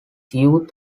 youth